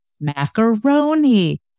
macaroni